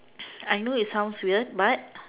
I know it sounds weird but